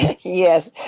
Yes